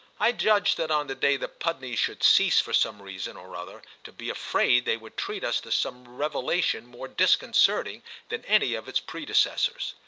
i judged that on the day the pudneys should cease for some reason or other to be afraid they would treat us to some revelation more disconcerting than any of its predecessors.